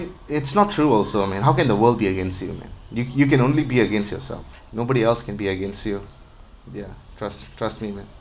it's not true also I mean how can the world be against you man you you can only be against yourself nobody else can be against you ya trust trust me man